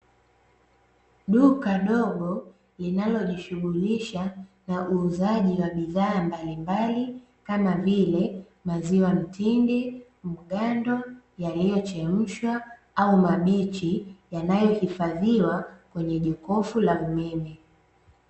Duka dogo linalojishughulisha na uuzaji wa bidhaa mbalimbali kama vile maziwa mtindi, mgando, yaliyochemshwa, au mabichi yanayohifadhiwa kwenye jokofu la umeme.